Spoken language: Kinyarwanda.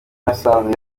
nasanze